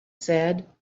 said